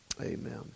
amen